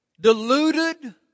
deluded